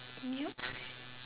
yup